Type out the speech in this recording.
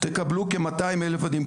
תקבלו כ-200 אלף ילדים,